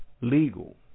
legal